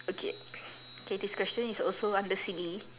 okay K this question is also under silly